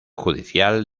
judicial